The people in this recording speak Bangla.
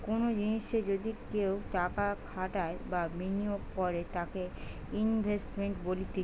কোনো জিনিসে যদি কেও টাকা খাটাই বা বিনিয়োগ করে তাকে ইনভেস্টমেন্ট বলতিছে